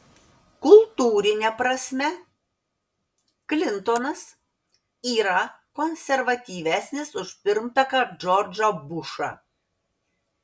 kultūrine prasme klintonas yra konservatyvesnis už pirmtaką džordžą bušą